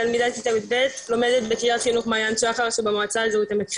תלמידת כיתה י"ב לומדת בקרית חינוך מעיין השחר שבמועצה האזורית עמק חפר,